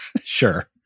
Sure